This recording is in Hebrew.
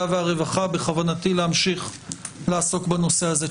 והרווחה בכוונתי להמשיך לעסוק בנושא הזה.